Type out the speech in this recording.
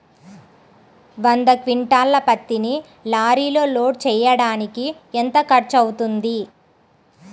వంద క్వింటాళ్ల పత్తిని లారీలో లోడ్ చేయడానికి ఎంత ఖర్చవుతుంది?